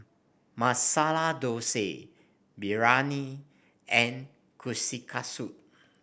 Masala Dosa Biryani and Kushikatsu